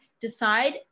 decide